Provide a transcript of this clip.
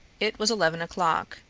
it was eleven o'clock.